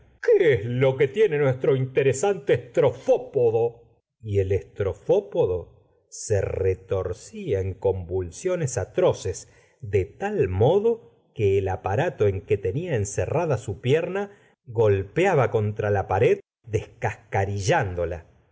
qué es lo que tiene nuestro interesante strefópodo y el shefópodo se retorcia en convulsiones atroces de tal modo que el aparato en que tenia encerrada su pierna colpeaba contra la pared